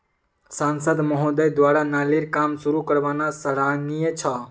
सांसद महोदय द्वारा नालीर काम शुरू करवाना सराहनीय छ